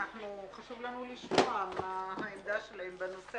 חשוב לנו לשמוע מה העמדה שלהם בנושא